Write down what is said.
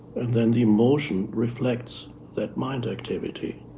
and then the emotion reflects that mind activity.